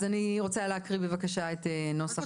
אז אני רוצה להקריא בבקשה את נוסח הצו.